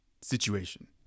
situation